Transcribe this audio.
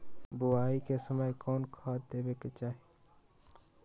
बोआई के समय कौन खाद देवे के चाही?